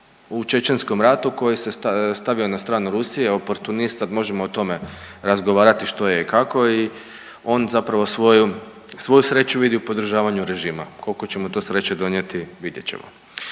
u čečenskom ratu koji se stavio na stranu Rusije, oportunist sad možemo o tome razgovarati što je i kako i on zapravo svoju, svoju sreću vidi u podržavanju režima. Koliko će mu to sreće donijeti vidjet ćemo.